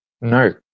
No